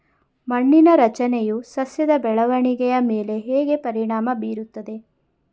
ಮಣ್ಣಿನ ರಚನೆಯು ಸಸ್ಯದ ಬೆಳವಣಿಗೆಯ ಮೇಲೆ ಹೇಗೆ ಪರಿಣಾಮ ಬೀರುತ್ತದೆ?